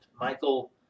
Michael